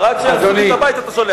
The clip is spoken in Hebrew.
רק שיהרסו לי את הבית אתה שולח.